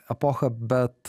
epochą bet